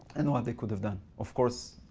and what they could have done. of course